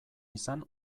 izan